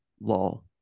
law